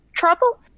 trouble